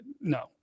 No